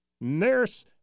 Nurse